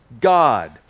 God